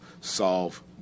solve